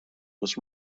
was